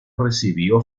recibió